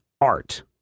art